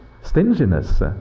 stinginess